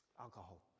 alcohol